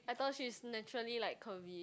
I thought she's naturally like curvy